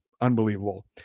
Unbelievable